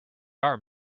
are